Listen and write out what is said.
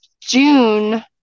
June